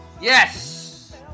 Yes